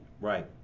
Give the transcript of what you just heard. Right